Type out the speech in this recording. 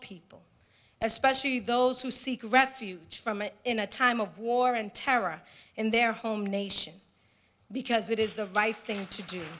people especially those who seek refuge from it in a time of war and terror in their home nation because it is the right thing to do